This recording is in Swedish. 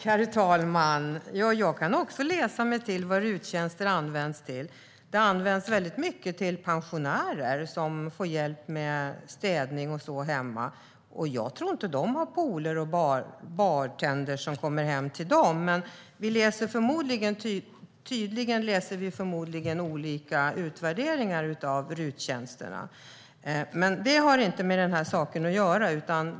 Herr talman! Jag kan också läsa mig till vad RUT-avdragen används till. De används mycket av pensionärer som får hjälp med städning och så hemma. Jag tror inte att de har pooler eller bartendrar hemma, men vi läser förmodligen olika utvärderingar av RUT-tjänsterna. Men det har inte med den här saken att göra.